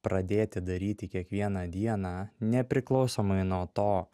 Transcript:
pradėti daryti kiekvieną dieną nepriklausomai nuo to